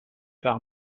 par